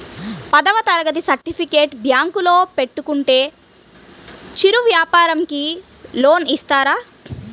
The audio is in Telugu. పదవ తరగతి సర్టిఫికేట్ బ్యాంకులో పెట్టుకుంటే చిరు వ్యాపారంకి లోన్ ఇస్తారా?